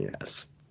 Yes